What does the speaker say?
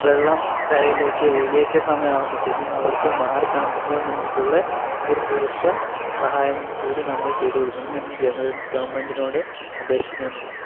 വെള്ളം കരയിലേയ്ക്ക് വേലിയേറ്റ സമയമാകുമ്പോഴത്തേക്കും അവർക്ക് മാറി താമസിക്കാൻ വേണ്ടിട്ടുള്ള ഒരു സുരക്ഷാ സഹായം കൂടി നമ്മൾ ചെയ്തു കൊടുക്കണം എനിക്ക് ഗവൺ ഗവണ്മെൻറ്റിനോട് അപേക്ഷിക്കാനുള്ളത്